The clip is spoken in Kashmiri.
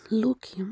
لوٗکھ یِم